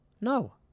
No